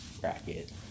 bracket